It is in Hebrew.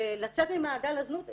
ולצאת ממעגל הזנות,